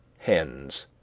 hens